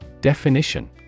Definition